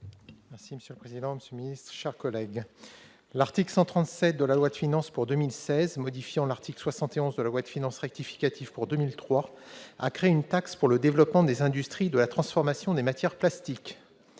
est ainsi libellé : La parole est à M. Olivier Cadic. L'article 137 de la loi de finances pour 2016, modifiant l'article 71 de la loi de finances rectificative pour 2003, a créé une taxe pour le développement des industries de la transformation des matières plastiques.